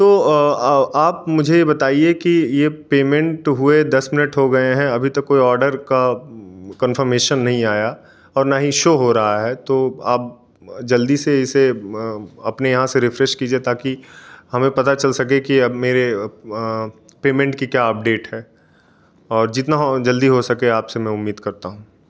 तो आप मुझे ये बताइए की ये पेमेंट हुए दस मिनट हो गए है अभी तक कोई ऑर्डर का कान्फर्मैशन नहीं आया और ना ही शो हो रहा है तो आप जल्दी से इसे अपने यहाँ से रिफ्रेश कीजिए ताकि हमें पता चल सके की अब मेरे पेमेंट की क्या अपडेट है और जितना जल्दी हो सके आपसे मैं उम्मीद करता हूँ